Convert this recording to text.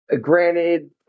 Granted